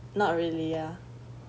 not really ya